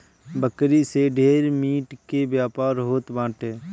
बकरी से ढेर मीट के व्यापार होत बाटे